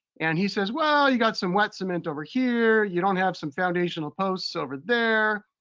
and he says, well, you got some wet cement over here. you don't have some foundational posts over there.